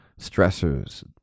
stressors